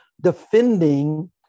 defending